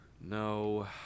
No